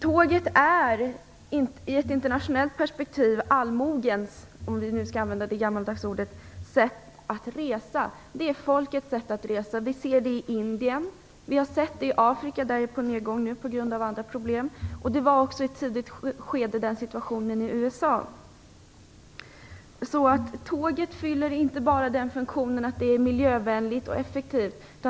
I ett internationellt perspektiv är tåget allmogens - för att använda ett gammaldags ord - sätt att resa. Det är folkets sätt att resa. Det kan vi se i Indien. Vi har sett det i Afrika. Där är det på nedgång nu på grund av andra problem. Det var också i ett tidigt skede den situation som rådde i USA. Tåget fyller inte bara den funktionen att det är miljövänligt och effektivt.